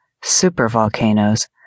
super-volcanoes